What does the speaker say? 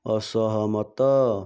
ଅସହମତ